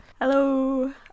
Hello